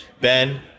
Ben